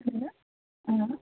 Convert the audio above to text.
ഇല്ല ആ